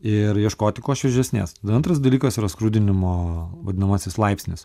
ir ieškoti kuo šviežesnėstada antras dalykas yra skrudinimo vadinamasis laipsnis